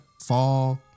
fall